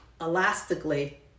elastically